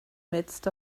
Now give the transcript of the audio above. midst